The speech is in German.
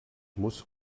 muss